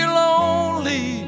lonely